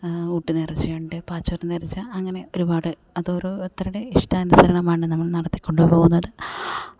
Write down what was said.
ഊട്ട് നേർച്ചയുണ്ട് പാച്ചോട്ട് നേർച്ച അങ്ങനെ ഒരുപാട് അത് ഓരോരുത്തരുടെ ഇഷ്ടാനുസരണമാണ് നമ്മൾ നടത്തി കൊണ്ടു പോകുന്നത്